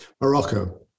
Morocco